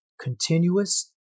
continuous